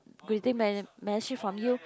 greeting messa~ message from you